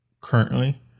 currently